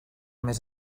més